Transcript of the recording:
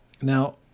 Now